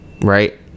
right